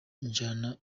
njyana